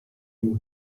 lui